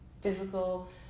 physical